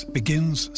begins